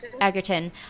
Egerton